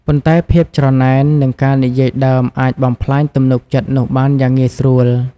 ប៉ុន្តែភាពច្រណែន និងការនិយាយដើមអាចបំផ្លាញទំនុកចិត្តនោះបានយ៉ាងងាយស្រួល។